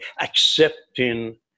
accepting